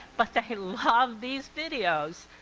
but they love these videos.